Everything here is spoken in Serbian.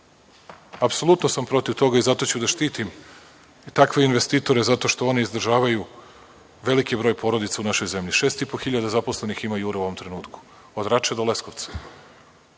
Apsolutno sam protiv toga i zato ću da štitim takve investitore, zato što oni izdržavaju veliki broj porodica u našoj zemlji. Šest i po hiljada zaposlenih ima „Jura“ u ovom trenutku, od Rače do Leskovca.